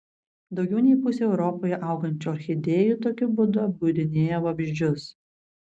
daugiau nei pusė europoje augančių orchidėjų tokiu būdu apgaudinėja vabzdžius